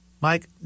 Mike